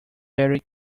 very